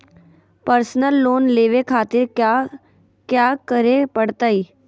Personal loan लेवे खातिर कया क्या करे पड़तइ?